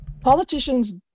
Politicians